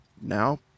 now